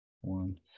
one